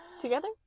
Together